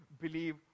believe